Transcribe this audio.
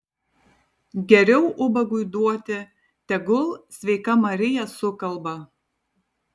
geriau ubagui duoti tegul sveika marija sukalba